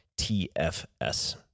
TFS